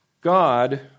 God